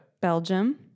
Belgium